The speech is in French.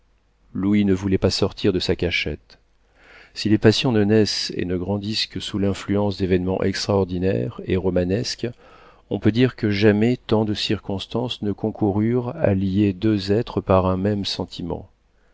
louis ne voulait pas sortir de sa cachette si les passions ne naissent et ne grandissent que sous l'influence d'événements extraordinaires et romanesques on peut dire que jamais tant de circonstances ne concoururent à lier deux êtres par un même sentiment